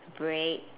bread